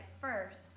first